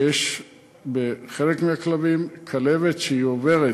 שיש בחלק מהכלבים כלבת שהיא עוברת,